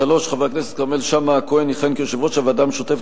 3. חבר הכנסת כרמל שאמה יכהן כיושב-ראש הוועדה המשותפת